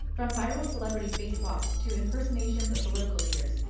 from viral celebrity face swaps to impersonations of political leaders,